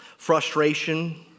Frustration